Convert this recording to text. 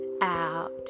out